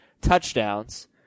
touchdowns